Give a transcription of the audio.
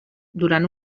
durant